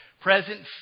present